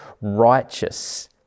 righteous